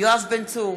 יואב בן צור,